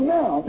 now